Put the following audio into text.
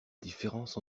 différence